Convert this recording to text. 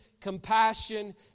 compassion